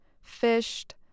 fished